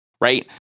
right